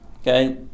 okay